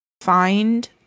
find